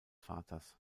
vaters